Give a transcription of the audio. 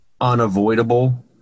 unavoidable